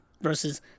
versus